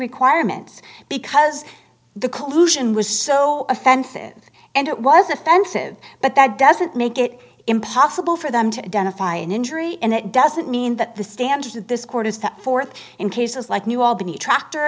requirements because the collusion was so offensive and it was offensive but that doesn't make it impossible for them to identify an injury and it doesn't mean that the standard that this court is the th in cases like new albany tractor